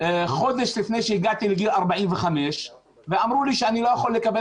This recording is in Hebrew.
חודש לפני שהגעתי לגיל 45 ואמרו לי שאני לא יכול לקבל